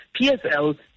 PSL